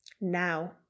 Now